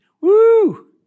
Woo